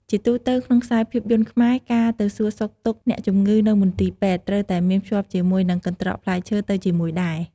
ជាទូទៅ ក្នុងខ្សែភាពយន្តខ្មែរ ការទៅសួរសុខទុក្ខអ្នកជំងឺនៅមន្ទីរពេទ្យត្រូវតែមានភ្ជាប់ជាមួយនឹងកន្ត្រកផ្លែឈើទៅជាមួយដែរ។